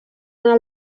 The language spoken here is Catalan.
una